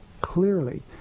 clearly